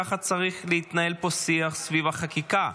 ככה צריך להתנהל פה שיח סביב החקיקה,